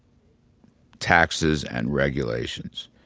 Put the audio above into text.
taxes and regulations.